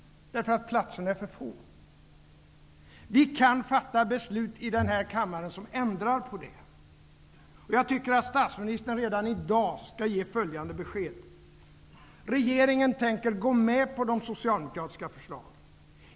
Platserna är för få. Vi kan fatta beslut i den här kammaren som ändrar på det. Jag tycker att statsministern redan i dag skall ge följande besked: Regeringen tänker gå med på de socialdemokratiska förslagen.